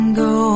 go